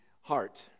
heart